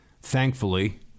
thankfully